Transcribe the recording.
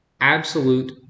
Absolute